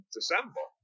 December